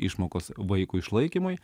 išmokos vaiko išlaikymui